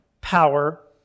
power